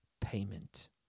payment